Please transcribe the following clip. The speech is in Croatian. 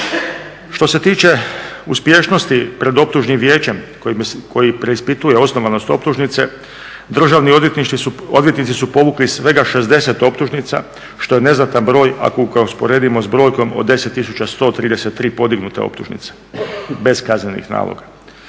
Što se tiče uspješnosti pred Optužnim vijeće koje preispituje osnovanost optužnica državni odvjetnici su povukli svega 60 optužnica što je neznatan broj ako ga usporedimo s brojkom od 10 1323 podignute optužnice bez kaznenih naloga.